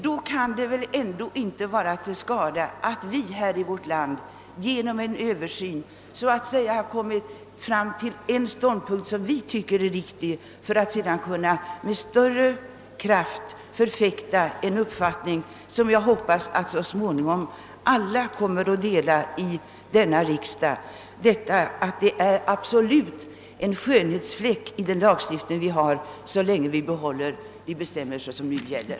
Då kan det väl ändå inte vara till skada att vi i vårt land genom en översyn kommer fram till en ståndpunkt, som vi tycker är riktig, för att sedan med större kraft kunna förfäkta en uppfattning som jag hoppas att så småningom alla kommer att dela i denna riksdag, nämligen att det absolut finns en skönhetsfläck i vår lagstiftning så länge vi behåller de bestämmelser som nu gäller.